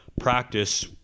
practice